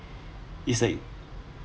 is like